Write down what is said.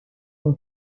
اون